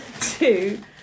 two